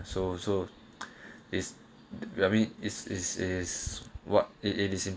so so is very is is is what it is